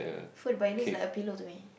food but it looks like a pillow to me